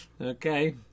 Okay